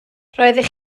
roeddech